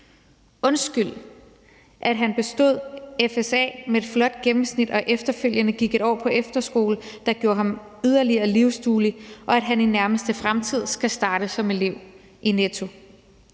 undskyld, at han bestod FSA med et flot gennemsnit og efterfølgende gik et år på efterskole, der gjorde ham yderligere livsduelig, og at han i nærmeste fremtid skal starte som elev i Netto;